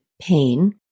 pain